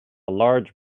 large